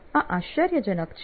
આ આશ્ચર્યજનક છે